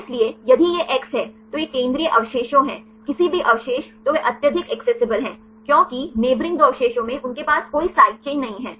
इसलिए यदि यह x है तो यह केंद्रीय अवशेषों है किसी भी अवशेष तो वह अत्यधिक एक्सेसिबल है क्योंकि नेइबोरिंग दो अवशेषों में उनके पास कोई साइड चेन नहीं है